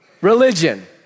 religion